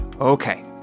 Okay